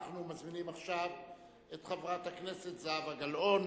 אנחנו מזמינים עכשיו את חברת הכנסת זהבה גלאון